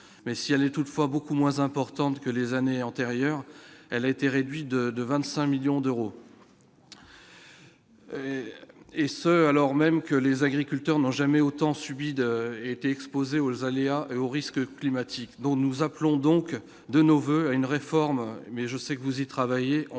mais si elle est toutefois beaucoup moins importante que les années antérieures, elle a été réduit de de 25 millions d'euros. Et ce alors même que les agriculteurs n'ont jamais autant subi de été exposés aux aléas et aux risques climatiques dont nous appelons donc de nos voeux à une réforme, mais je sais que vous y travailler